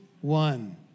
one